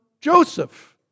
Joseph